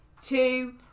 Two